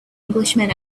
englishman